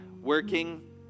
working